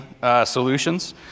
solutions